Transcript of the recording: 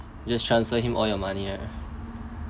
just transfer him all your money ah